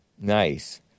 Nice